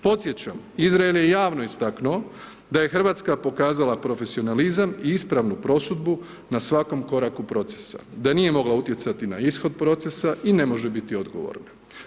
Podsjećam, Izrael je javno istaknuo da je Hrvatska pokazala profesionalizam i ispravnu prosudbu na svakom koraku procesa, da nije mogla utjecati na ishod procesa i ne može biti odgovorna.